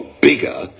bigger